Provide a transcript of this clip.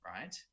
Right